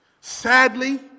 Sadly